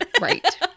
Right